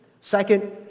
Second